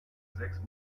sechs